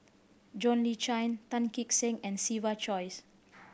John Le Cain Tan Kee Sek and Siva Choy